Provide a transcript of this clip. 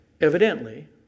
evidently